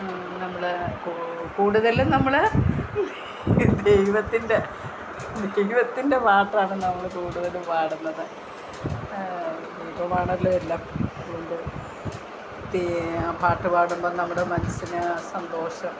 നമ്മൾ കൂടുതൽ നമ്മൾ ദൈവത്തിൻ്റെ ദൈവത്തിൻ്റെ പാട്ടാണ് നമ്മൾ കൂടുതലും പാടുന്നത് ദൈവമാണല്ലോ എല്ലാം ദൈവം പാട്ട് പാടുമ്പോൾ നമ്മൾ മനസിന് സന്തോഷം